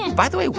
and by the way,